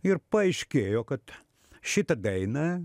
ir paaiškėjo kad šitą dainą